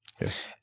Yes